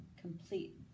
complete